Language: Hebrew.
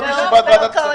לא בישיבת ועדת כספים.